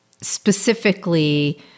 specifically